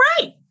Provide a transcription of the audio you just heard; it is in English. right